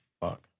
fuck